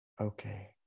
Okay